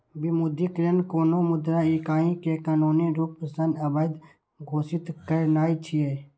विमुद्रीकरण कोनो मुद्रा इकाइ कें कानूनी रूप सं अवैध घोषित करनाय छियै